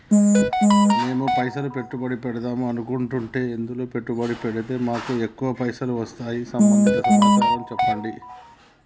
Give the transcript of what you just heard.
మేము పైసలు పెట్టుబడి పెడదాం అనుకుంటే ఎందులో పెట్టుబడి పెడితే మాకు ఎక్కువ పైసలు వస్తాయి సంబంధించిన సమాచారం చెప్పండి?